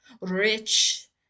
rich